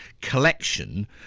collection